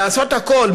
לעשות הכול,